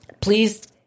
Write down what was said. Please